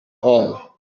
all